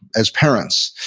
as parents?